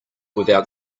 without